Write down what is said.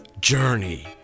Journey